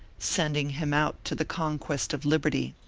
sending him out to the conquest of liberty.